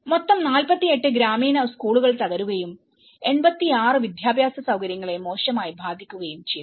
മൊത്തം 48 ഗ്രാമീണ സ്കൂളുകൾ തകരുകയും 86 വിദ്യാഭ്യാസ സൌകര്യങ്ങളെ മോശമായി ബാധിക്കുകയും ചെയ്തു